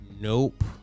Nope